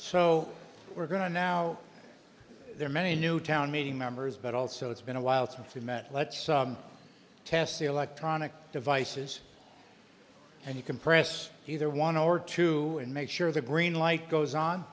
so we're going to now there are many new town meeting members but also it's been a while since we met let's test the electronic devices and you can press either one or two and make sure the green light goes on